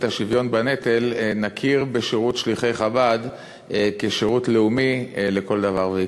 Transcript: השוויון בנטל נכיר בשירות שליחי חב"ד כשירות לאומי לכל דבר ועיקר.